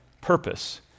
purpose